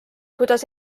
kuidas